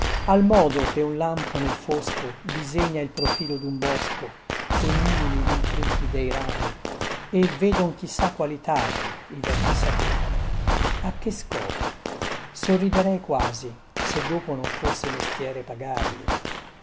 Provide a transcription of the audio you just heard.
al modo che un lampo nel fosco disegna il profilo dun bosco coi minimi intrichi dei rami e vedon chi sa quali tarli i vecchi saputi a che scopo sorriderei quasi se dopo non fosse mestieri pagarli